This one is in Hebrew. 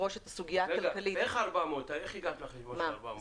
איך הגעת למספר הזה של 400,000?